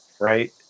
right